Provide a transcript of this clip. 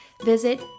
Visit